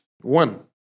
one